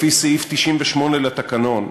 לפי סעיף 98 לתקנון,